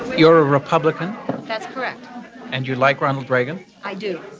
you're a republican that's correct and you like ronald reagan i do.